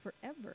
forever